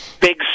Big